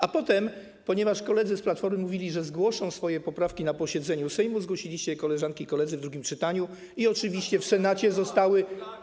A potem, ponieważ koledzy z Platformy mówili, że zgłoszą swoje poprawki na posiedzeniu Sejmu, zgłosiliście je, koleżanki i koledzy, w drugim czytaniu i oczywiście w Senacie zostały.